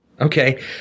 okay